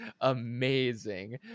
amazing